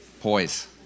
Poise